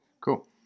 Cool